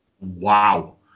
wow